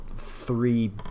three